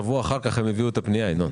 בשבוע שאחרי זה הם הביאו את הפנייה הזאת.